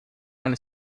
and